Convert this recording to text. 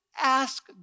ask